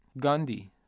Gandhi